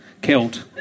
killed